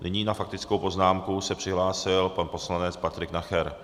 Nyní na faktickou poznámku se přihlásil pan poslanec Patrik Nacher.